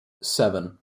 seven